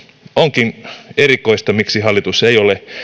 onkin erikoista miksi hallitus ei ole